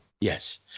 Yes